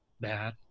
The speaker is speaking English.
bad